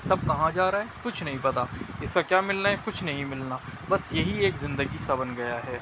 سب کہاں جا رہے ہیں کچھ نہیں پتا اس کا کیا ملنا ہے کچھ نہیں ملنا بس یہی ایک زندگی سا بن گیا ہے